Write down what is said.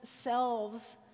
selves